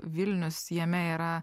vilnius jame yra